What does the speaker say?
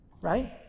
right